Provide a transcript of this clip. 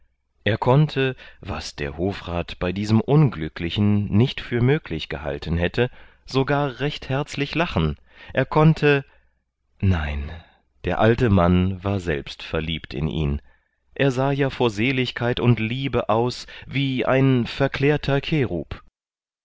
er konnte was der hofrat bei diesem unglücklichen nicht für möglich gehalten hätte sogar recht herzlich lachen er konnte nein der alte mann war selbst verliebt in ihn er sah ja vor seligkeit und liebe aus wie ein verklärter